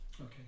okay